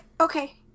okay